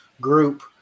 group